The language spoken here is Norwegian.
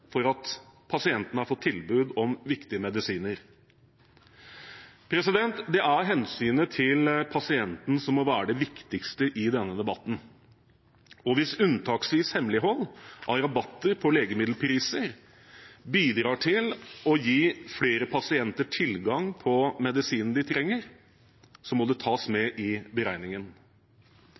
for at pasientene har fått tilbud om viktige medisiner. Det er hensynet til pasienten som må være det viktigste i denne debatten, og hvis, unntaksvis, hemmelighold av rabatter på legemiddelpriser bidrar til å gi flere pasienter tilgang på medisinen de trenger, må det tas med i beregningen.